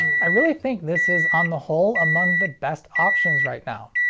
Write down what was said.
i really think this is on the whole among the best options right now.